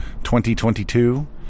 2022